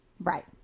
Right